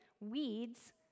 weeds